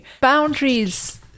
Boundaries